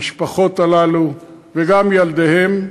המשפחות הללו, וגם ילדיהן,